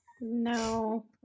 no